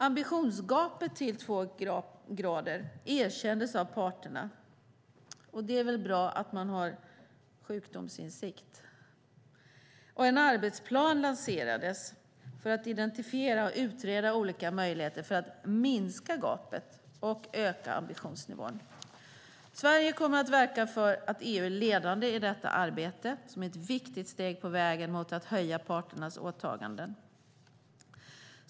Ambitionsgapet till två grader erkändes av parterna - det är väl bra att man har sjukdomsinsikt - och en arbetsplan lanserades för att identifiera och utreda olika möjligheter för att minska gapet och öka ambitionsnivån. Sverige kommer att verka för att EU är ledande i detta arbete som är ett viktigt steg på vägen mot att höja parternas åtaganden.